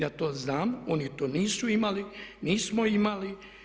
Ja to znam, oni to nisu imali, nismo imali.